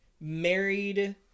married